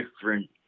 different